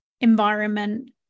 environment